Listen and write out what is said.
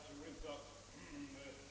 Herr talman!